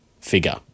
figure